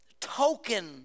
token